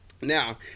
now